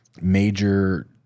major